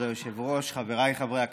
כבוד היושב-ראש, חבריי חברי הכנסת,